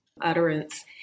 utterance